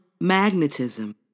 magnetism